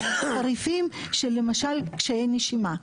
חריפים של למשל, קשיי נשימה.